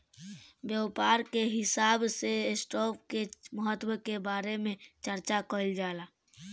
व्यापार के हिसाब से स्टॉप के महत्व के बारे में चार्चा कईल जाला